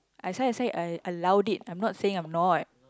as why I say I I allowed it I'm not saying I'm not